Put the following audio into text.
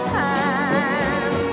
time